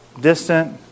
distant